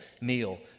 meal